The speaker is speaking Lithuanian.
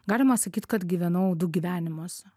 galima sakyt kad gyvenau du gyvenimus